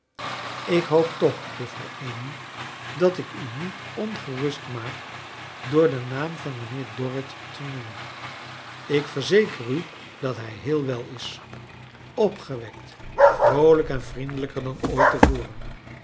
ik hoop toch juffrouw amy dat ik u niet ongerust maak door den naam van mijnheer dorrit te noemen ik verzeker u dat hij heel wel is opgewekt vroolijk en vriendelijker dan ooit